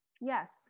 yes